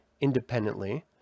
independently